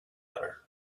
matter